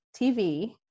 TV